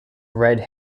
red